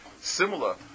similar